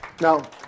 Now